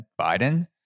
biden